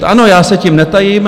Ano, já se tím netajím.